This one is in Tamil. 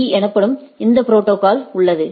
பீ எனப்படும் இந்த ப்ரோடோகால் உள்ளது